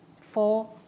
four